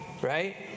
right